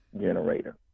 generator